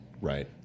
right